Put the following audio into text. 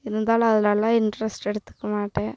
இருந்தாலும் அதுலெல்லாம் இன்ட்ரஸ்ட் எடுத்துக்கமாட்டேன்